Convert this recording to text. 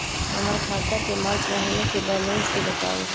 हमर खाता के मार्च महीने के बैलेंस के बताऊ?